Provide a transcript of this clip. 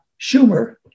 schumer